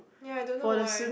ya I don't know why